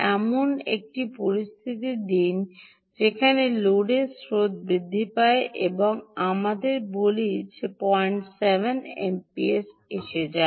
এখন এমন পরিস্থিতি নিন যেখানে লোডের স্রোত বৃদ্ধি পায় এবং আমাদের বলি এটি 07 এমপিএসে যায়